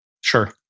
Sure